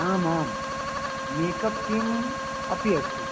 आम् आं मेकप् किम् अपि अस्ति